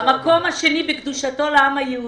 המקום השני בקדושתו לעם היהודי,